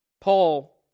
Paul